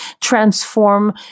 transform